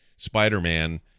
spider-man